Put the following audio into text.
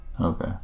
Okay